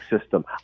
system